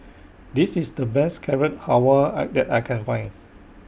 This IS The Best Carrot Halwa I that I Can Find